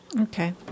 Okay